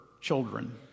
children